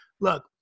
Look